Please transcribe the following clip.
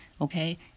Okay